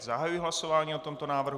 Zahajuji hlasování o tomto návrhu.